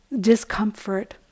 discomfort